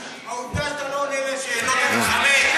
העובדה שאתה לא עונה על שאלות, אתה מתחמק.